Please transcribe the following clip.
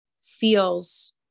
feels